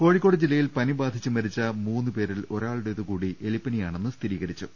കോഴിക്കോട് ജില്ലയിൽ പനി ബാധിച്ച് മരിച്ച മൂന്ന് പേരിൽ ഒരാ ളുടേത് കൂടി എലിപ്പനിയാണെന്ന് സ്ഥിരീകരിച്ചു